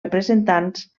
representants